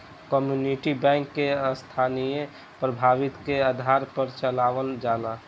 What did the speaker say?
community bank के स्थानीय प्रभुत्व के आधार पर चलावल जाला